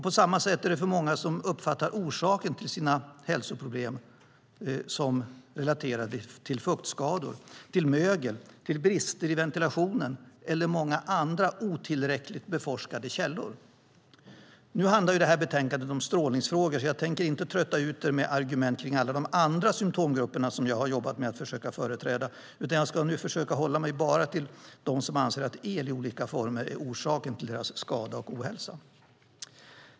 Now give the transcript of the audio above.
På samma sätt är det också för många som uppfattar att orsaken till deras hälsoproblem är relaterad till fuktskador, mögel, brister i ventilation eller många andra otillräckligt beforskade källor. Nu handlar betänkandet om strålningsfrågor, så jag tänker inte trötta ut er med argument kring alla de andra symtomgrupper som jag har jobbat med att försöka företräda, utan jag ska nu försöka hålla mig till bara dem som anser att el i olika former är orsaken till deras skada och ohälsa.